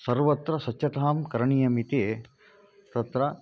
सर्वत्र स्वच्छतां करणीयमिति तत्र